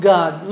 God